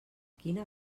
quina